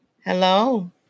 hello